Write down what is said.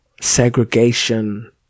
segregation